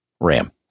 ram